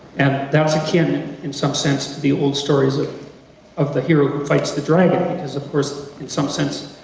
and that's a kin in in some sense the old stories ah of the hero who fights the dragon, because of course, in some sense,